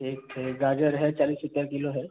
एक है गाजर है चालीस रुपये किलो है